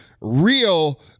real